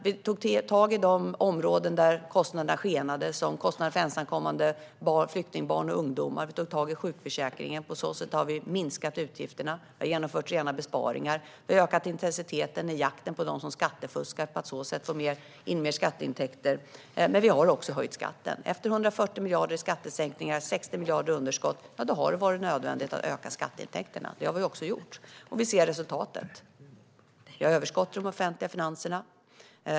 Vi tog tag i de områden där kostnaderna skenade, som kostnaden för ensamkommande barn och ungdomar, och vi tog tag i sjukförsäkringen. På så sätt har vi minskat utgifterna och genomfört rena besparingar. Vi har ökat intensiteten i jakten på dem som skattefuskar för att på så sätt få in mer skatteintäkter. Vi har också höjt skatten. Efter 140 miljarder i skattesänkningar och 60 miljarder i underskott har det varit nödvändigt att öka skatteintäkterna, och det har vi också gjort. Vi ser nu resultatet: Vi ser ett överskott i de offentliga finanserna.